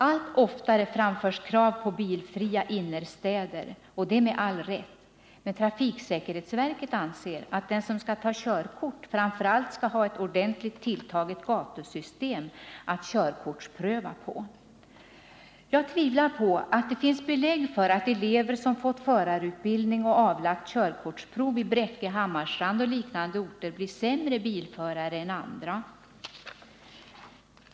Allt oftare framförs krav på bilfria innerstäder, och det med all rätt. Men trafiksäkerhetsverket anser att den som skall ta körkort framför allt skall ha ett ordentligt tilltaget gatusystem att körkortspröva på! Jag tvivlar på att det finns belägg för att elever som fått förarutbildning och som avlagt körkortsprov i Bräcke, Hammarstrand och liknande orter blir sämre bilförare än andra.